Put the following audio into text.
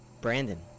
Brandon